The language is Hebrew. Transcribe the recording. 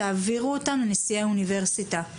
תעבירו אותן לנשיאי האוניברסיטה.